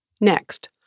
Next